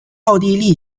奥地利